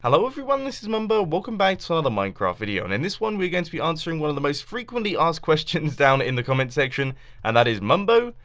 hello, everyone. this is mumbo welcome back to another minecraft video and in and this one. we're going to be answering one of the most frequently asked questions down in the comment section and that is mumbo.